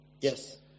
Yes